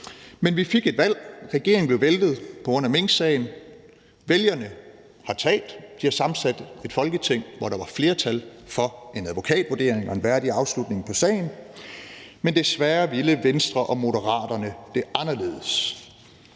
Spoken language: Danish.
Men vi fik et valg, og regeringen blev væltet på grund af minksagen. Vælgerne har talt. De har sammensat et Folketing, hvor der var flertal for en advokatvurdering og en værdig afslutning på sagen, men desværre ville Venstre og Moderaterne det anderledes.